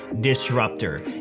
disruptor